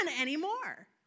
anymore